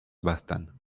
bastan